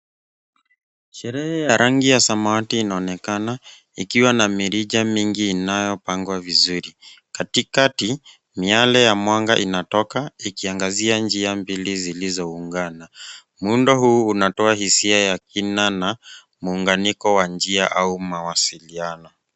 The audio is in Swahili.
Sherehe ya rangi ya samawati inaonekana ikiwa na mirija mingi inayopangwa vizuri. Katikati, miale ya mwanga inatoka ikiangazia njia mbili zilizoungana. Muundo huu unatoa hisia ya kina na muunganyiko wa njia au mawasiliano.